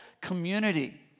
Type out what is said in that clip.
community